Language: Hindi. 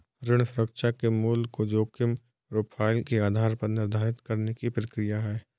ऋण सुरक्षा के मूल्य को जोखिम प्रोफ़ाइल के आधार पर निर्धारित करने की प्रक्रिया है